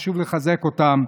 חשוב לחזק אותם,